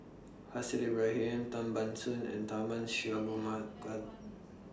Haslir Ibrahim Tan Ban Soon and Tharman